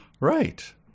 Right